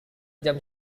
jam